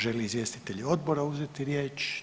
Žele li izvjestitelji odbora uzeti riječ?